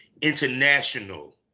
International